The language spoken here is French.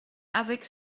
avec